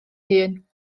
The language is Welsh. hun